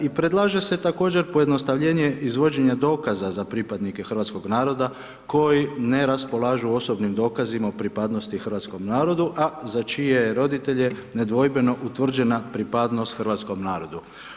I predlaže se također pojednostavljenje izvođenja dokaza za pripadnike hrvatskog naroda koji ne raspolažu osobnim dokazima o pripadnosti hrvatskom narodu, a za čije je roditelje nedvojbeno utvrđena pripadnost hrvatskom narodu.